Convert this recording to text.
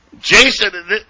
Jason